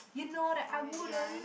you know that I wouldn't